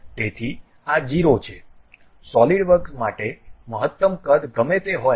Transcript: તેથી આ 0 છે સોલિડવર્ક માટે મહત્તમ કદ ગમે તે હોય